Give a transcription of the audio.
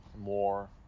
more